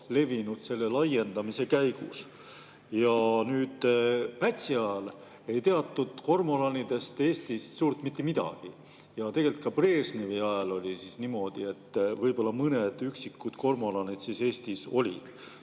levinud selle laienemise käigus. Pätsi ajal ei teatud kormoranidest Eestis suurt mitte midagi. Tegelikult ka Brežnevi ajal oli niimoodi, et võib-olla mõned üksikud kormoranid Eestis olid.